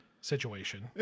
situation